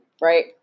right